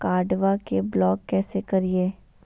कार्डबा के ब्लॉक कैसे करिए?